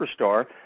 Superstar